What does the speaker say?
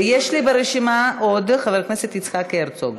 ויש לי ברשימה עוד חבר הכנסת יצחק הרצוג,